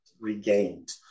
regained